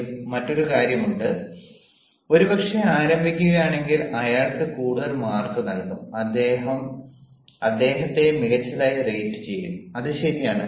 വീണ്ടും മറ്റൊരു കാര്യമുണ്ട് ഒരുപക്ഷേ ആരംഭിക്കുകയാണെങ്കിൽ അയാൾക്ക് കൂടുതൽ മാർക്ക് നൽകും അദ്ദേഹത്തെ മികച്ചതായി റേറ്റുചെയ്യും അത് ശരിയാണ്